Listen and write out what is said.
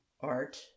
art